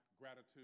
gratitude